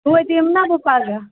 توتہِ یِمہٕ نا بہٕ پَگاہ